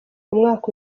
umwaka